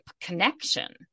connection